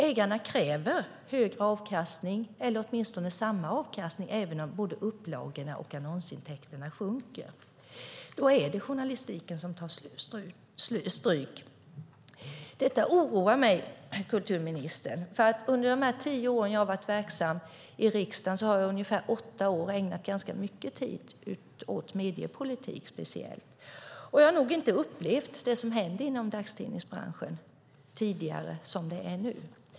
Ägarna kräver högre avkastning, eller åtminstone samma avkastning, även om både upplagorna och annonsintäkterna sjunker. Då är det journalistiken som tar stryk. Detta oroar mig, kulturministern. Av de tio år som jag har varit verksam i riksdagen har jag under ungefär åtta år ägnat ganska mycket tid åt speciellt mediepolitik, och jag har nog inte tidigare upplevt det som nu händer inom dagstidningsbranschen.